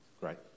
Great